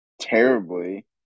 terribly